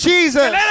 Jesus